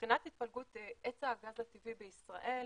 מבחינת התפלגות היצע הגז הטבעי בישראל,